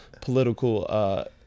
political